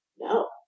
no